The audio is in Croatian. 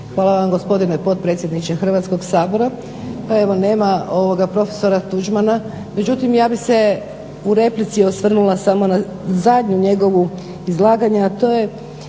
Hvala vam gospodine potpredsjedniče Hrvatskog sabora. Pa evo nema prof. Tuđmana, međutim ja bih se u replici osvrnula samo na zadnju njegovo izlaganje, a to je